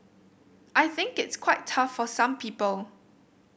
I think it's quite tough for some people